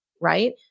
right